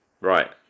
Right